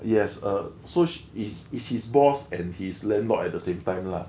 yes err so is his she's his boss and his landlord at the same time lah